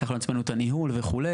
לקחנו לעצמנו את הניהול וכו',